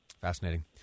Fascinating